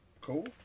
Cool